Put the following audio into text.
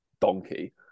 donkey